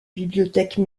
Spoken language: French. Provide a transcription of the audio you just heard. bibliothèques